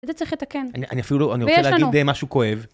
את זה צריך לתקן, ויש לנו... אני אפילו רוצה להגיד די משהו כואב.